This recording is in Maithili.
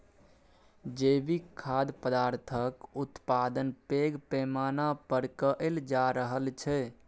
जैविक खाद्य पदार्थक उत्पादन पैघ पैमाना पर कएल जा रहल छै